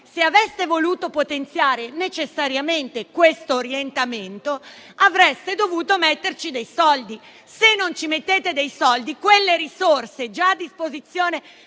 se aveste voluto potenziare necessariamente questo orientamento, avreste dovuto stanziare delle risorse. Se non ci mettete dei soldi, quelle risorse già a disposizione